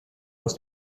aus